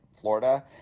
Florida